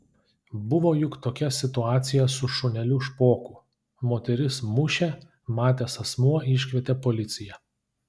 buvo juk tokia situacija su šuneliu špoku moteris mušė matęs asmuo iškvietė policiją